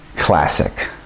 classic